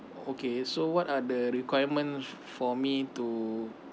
okay so what are the requirement for me to